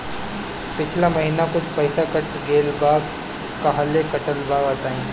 पिछला महीना कुछ पइसा कट गेल बा कहेला कटल बा बताईं?